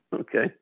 okay